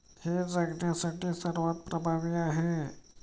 हे जगण्यासाठी सर्वात प्रभावी आहे